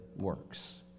works